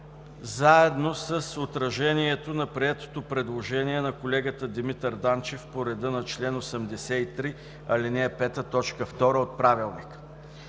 заедно с отражението на приетото предложение на колегата Димитър Данчев по реда на чл. 83, ал. 5, т. 2 от Правилника.